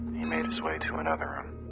made his way to another room.